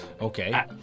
Okay